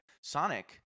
Sonic